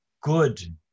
good